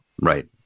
right